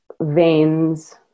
veins